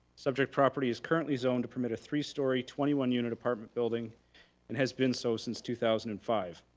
subject property is currently zoned to permit a three story, twenty one unit apartment building and has been so since two thousand and five.